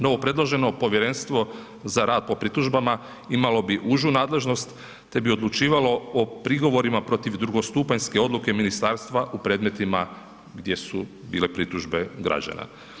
Novopredloženo povjerenstvo za rad po pritužbama imalo bi užu nadležnost te bi odlučivalo o prigovorima protiv drugostupanjske odluke ministarstva u predmetima gdje su bile pritužbe građana.